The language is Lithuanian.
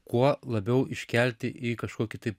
kuo labiau iškelti į kažkokį tai